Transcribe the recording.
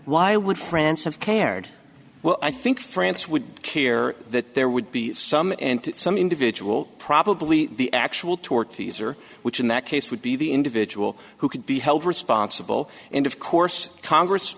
why would france have cared well i think france would care that there would be some and some individual probably the actual tortfeasor which in that case would be the individual who could be held responsible and of course congress